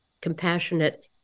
compassionate